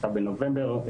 בנובמבר,